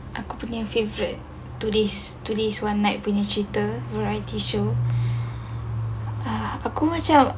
aku punya favourite tulis tulis one night punya cerita variety show aku macam